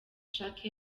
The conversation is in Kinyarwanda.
canke